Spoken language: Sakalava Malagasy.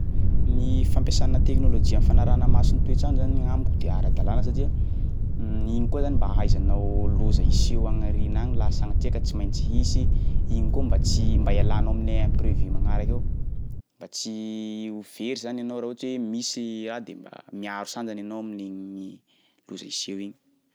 Ny fampiasana teknôlôjia am'fanarahana maso ny toetrandro zany gny amiko de ara-dalàna satria igny koa zany mba ahaizanao loza iseho agny aorina agny laha sagnatria ka tsy maintsy hisy, igny koa mba tsy mba ialanao amin'ny imprévu magnaraky eo mba tsy ho very zany anao raha ohatry hoe misy raha de mba miaro sandany anao amin'igny loza hiseho igny.